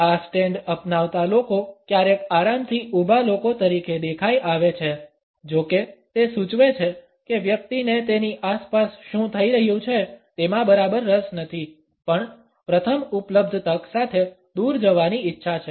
આ સ્ટેન્ડ અપનાવતા લોકો ક્યારેક આરામથી ઊભા લોકો તરીકે દેખાઇ આવે છે જો કે તે સૂચવે છે કે વ્યક્તિને તેની આસપાસ શું થઈ રહ્યું છે તેમાં બરાબર રસ નથી પણ પ્રથમ ઉપલબ્ધ તક સાથે દૂર જવાની ઇચ્છા છે